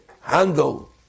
handle